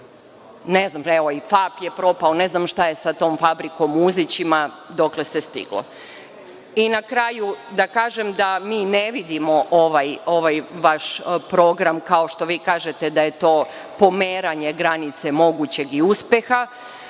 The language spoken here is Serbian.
Ne znam, evo i FAP je propao. Ne znam šta je sa tom fabrikom u Uzićima, dokle se stiglo. Na kraju da kažem da mi ne vidimo ovaj vaš program, kao što vi kažete da je to pomeranje granice mogućeg i uspeha.